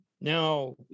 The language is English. now